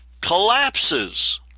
collapses